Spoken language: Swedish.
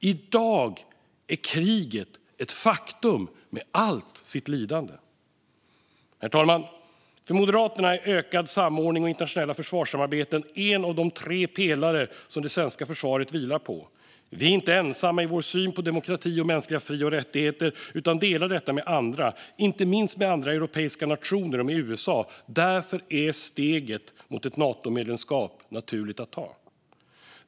I dag är kriget ett faktum med allt sitt lidande. Herr talman! För Moderaterna är ökad samordning och internationella försvarssamarbeten en av de tre pelare som det svenska försvaret vilar på. Vi är inte ensamma i vår syn på demokrati och mänskliga fri och rättigheter utan delar den med andra, inte minst med andra europeiska nationer och med USA. Därför är steget mot ett Natomedlemskap naturligt att ta.